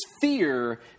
fear